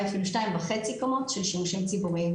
אפילו שתיים וחצי קומות של שימושים ציבוריים.